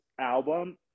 album